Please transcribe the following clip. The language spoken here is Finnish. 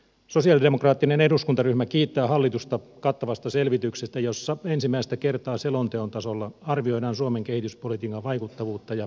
sosialidemokraattinen eduskuntaryhmä kiittää hallitusta kattavasta selvityksestä jossa ensimmäistä kertaa selonteon tasolla arvioidaan suomen kehityspolitiikan vaikuttavuutta ja johdonmukaisuutta